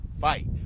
fight